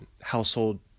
household